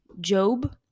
job